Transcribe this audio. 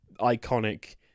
iconic